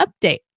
update